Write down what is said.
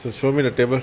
so show me the table